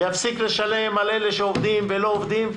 ויפסיק לשלם על אלה שעובדים ולא עובדים,